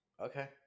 Okay